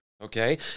Okay